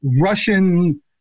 Russian